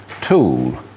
tool